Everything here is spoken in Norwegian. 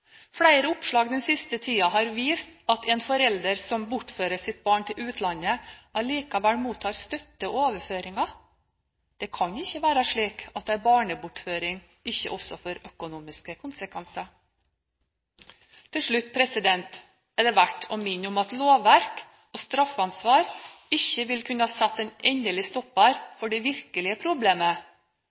Flere oppslag den siste tiden har vist at en forelder som bortfører sitt barn til utlandet, allikevel mottar støtte og overføringer. Det kan ikke være slik at en barnebortføring ikke også får økonomiske konsekvenser. Til slutt er det verdt å minne om at lovverk og straffeansvar ikke vil kunne sette en endelig stopper for det virkelige problemet